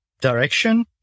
direction